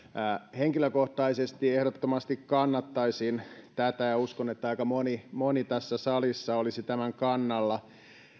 henkilökohtaisesti ehdottomasti kannattaisin tätä ja uskon että aika moni moni tässä salissa olisi tämän kannalla